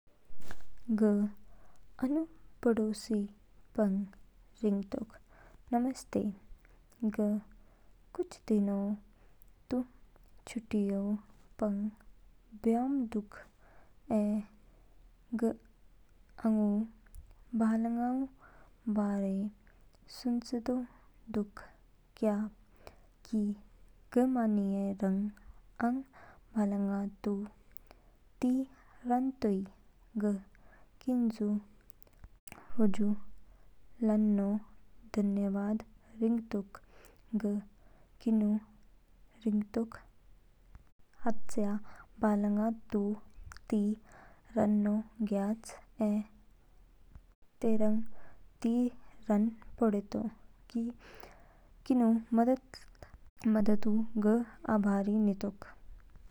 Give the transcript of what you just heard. ग आनु पड़ोसी पंग रिगतोक। नमस्ते, ग कुछ दिनोंतू छुट्टियों पंग बयोम दूक ऐ ग आंगू बालंगा बारे सुचेदो दूक। क्या कि ग मानियेरंग आंग बलगाऊं तू ती रानतोई? ग किनू हजु लानना धन्यवाद रिंगतोक। ग किनू रिंगतोक हात स्या बालंगू तो ती रान ज्ञयाच ऐ तेरंग तीरान पड़ेतो। किनू मददऊ ग आभारी नितोक।